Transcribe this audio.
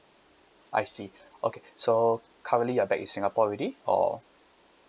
I see okay so currently you're back in singapore already or